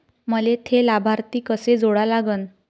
मले थे लाभार्थी कसे जोडा लागन?